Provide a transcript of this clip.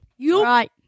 Right